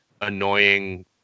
annoying